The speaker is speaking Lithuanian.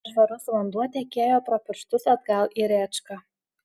nešvarus vanduo tekėjo pro pirštus atgal į rėčką